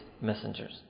messengers